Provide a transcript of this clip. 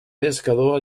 pescador